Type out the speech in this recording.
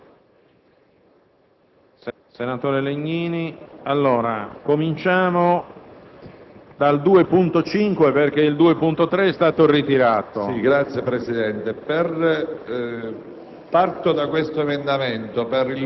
Tentiamo dunque di fare la nostra parte, cominciando a detassare in modo sensibile la scommessa che i lavoratori e gli imprenditori del Paese devono poter fare sulla produttività.